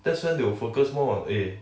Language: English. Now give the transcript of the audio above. that's when they will focus more on eh